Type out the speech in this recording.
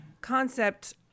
concept